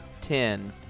Ten